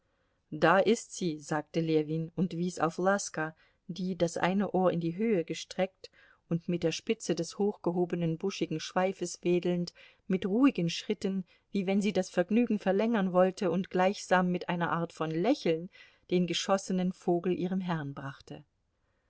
da ist sie sagte ljewin und wies auf laska die das eine ohr in die höhe gereckt und mit der spitze des hochgehobenen buschigen schweifes wedelnd mit ruhigen schritten wie wenn sie das vergnügen verlängern wollte und gleichsam mit einer art von lächeln den geschossenen vogel ihrem herrn brachte